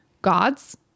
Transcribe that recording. God's